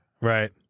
Right